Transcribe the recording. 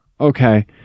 Okay